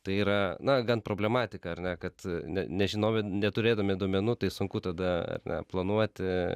tai yra na gan problematika ar ne kad ne nežinomi neturėdami duomenų tai sunku tada ar ne planuoti